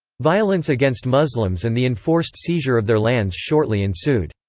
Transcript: violence against muslims and the enforced seizure of their lands shortly ensued.